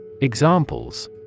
Examples